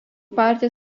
partija